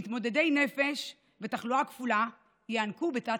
מתמודדי נפש ותחלואה כפולה ייאנקו בתת-תקצוב,